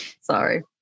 sorry